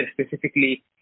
specifically